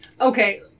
Okay